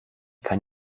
kann